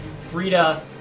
Frida